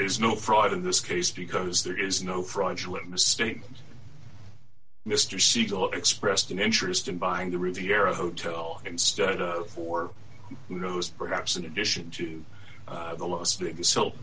is no fraud in this case because there is no fraudulent mistake mr siegel expressed an interest in buying the riviera hotel instead for who knows perhaps in addition to the las